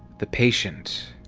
the patient-no, and